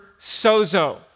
sozo